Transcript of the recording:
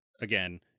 again